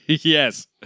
Yes